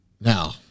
Now